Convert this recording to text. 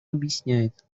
объясняет